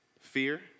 Fear